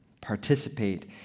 participate